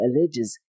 alleges